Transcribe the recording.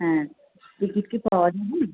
হ্যাঁ টিকিট কি পাওয়া যাবে